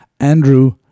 Andrew